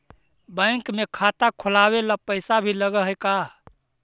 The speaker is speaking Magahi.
बैंक में खाता खोलाबे ल पैसा भी लग है का?